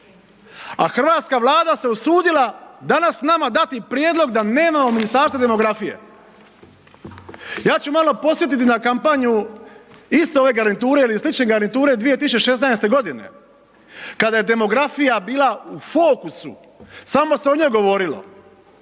A hrvatska Vlada se usudila danas nama dati prijedlog da nemamo Ministarstva demografije. Ja ću malo podsjetiti na kampanju iste ove garniture ili slične garniture 2016. godine kada je demografija bila u fokusu, samo se o njoj govorilo.